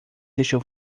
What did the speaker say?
deixou